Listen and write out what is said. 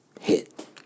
Hit